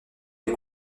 les